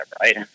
right